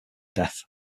death